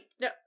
No